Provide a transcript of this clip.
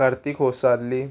Kartik होसारली